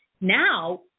Now